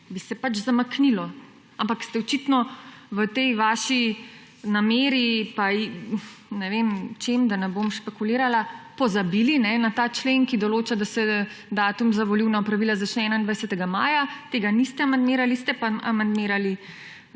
bi se pač zamaknilo; ampak ste očitno v tej vaši nameri pa ne vem čem, da ne bom špekulirala, pozabili na ta člen, ki določa, da se datum za volilna opravila začne 21. maja, tega niste amandmirali, ste pa amandmirali